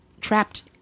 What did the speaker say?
trapped